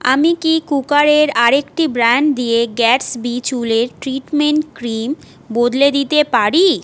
আমি কি কুকারের আরেকটি ব্র্যান্ড দিয়ে গ্যাটসবি চুলের ট্রিটমেন্ট ক্রিম বদলে দিতে পারি